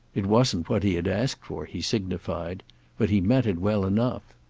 it wasn't what he had asked for, he signified but he met it well enough.